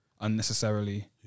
unnecessarily